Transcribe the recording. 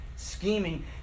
Scheming